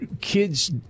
kids